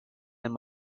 and